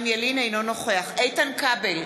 אינו נוכח איתן כבל,